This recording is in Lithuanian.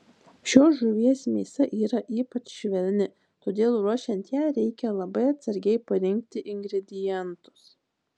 šios žuvies mėsa yra ypač švelni todėl ruošiant ją reikia labai atsargiai parinkti ingredientus